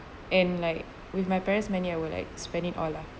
and like with my parents many I will like spend it all lah